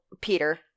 peter